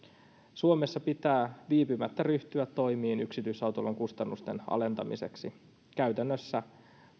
suomessa pitää viipymättä ryhtyä toimiin yksityisautoilun kustannusten alentamiseksi käytännössä